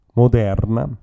moderna